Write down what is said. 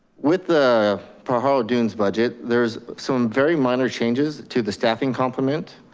with the pajaro dunes budget, there's some very minor changes to the staffing compliment.